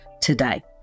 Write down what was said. today